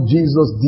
Jesus